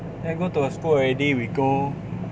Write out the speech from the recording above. then go to the school already we go